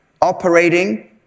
operating